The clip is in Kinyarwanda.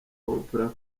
oprah